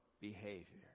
behavior